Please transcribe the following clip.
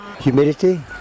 humidity